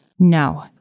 No